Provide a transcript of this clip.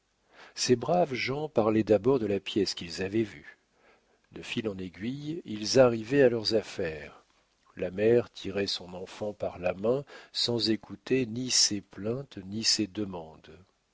ces braves gens parlaient d'abord de la pièce qu'ils avaient vue de fil en aiguille ils arrivaient à leurs affaires la mère tirait son enfant par la main sans écouter ni ses plaintes ni ses demandes